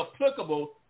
applicable